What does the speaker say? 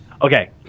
Okay